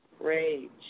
rage